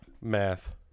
math